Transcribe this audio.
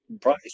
price